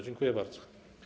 Dziękuję bardzo.